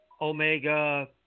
Omega